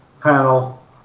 panel